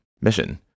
mission